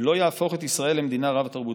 ולא יהפוך את ישראל למדינה רב-תרבותית.